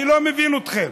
אני לא מבין אתכם.